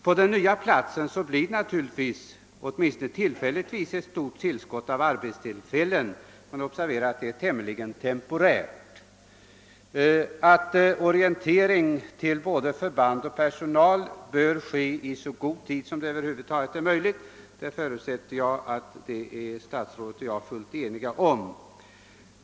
På den nya platsen blir det naturligtvis åtminstone tillfälligtvis ett stort tillskott av arbetstillfällen, men observera att det är tämligen temporärt! Att orientering till både förband och personal bör ges i så god tid som det över huvud taget är möjligt förutsätter jag att statsrådet och jag är fullt eniga om.